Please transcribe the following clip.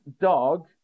dog